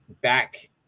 back –